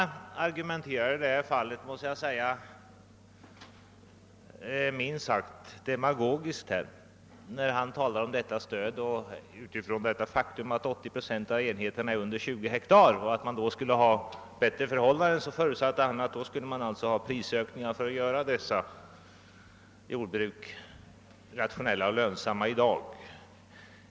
Jag måste säga att herr Trana argumenterar minst sagt demagogiskt när han utgår från att 80 procent av enheterna är under 20 hektar och menar att prisökningar är förutsättningen för att dessa jordbruk i dag skall bli rationella och lönsamma.